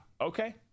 okay